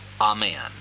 Amen